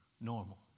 normal